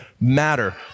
matter